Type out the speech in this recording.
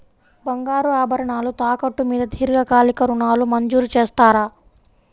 బంగారు ఆభరణాలు తాకట్టు మీద దీర్ఘకాలిక ఋణాలు మంజూరు చేస్తారా?